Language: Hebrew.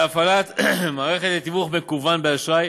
להפעלת מערכת לתיווך מקוון באשראי,